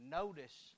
notice